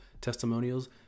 testimonials